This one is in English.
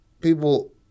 people